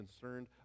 concerned